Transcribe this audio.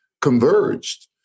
converged